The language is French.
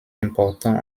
importants